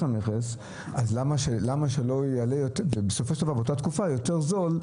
המכס אז למה שלא יעלה בסופו של דבר באותה תקופה יותר זול?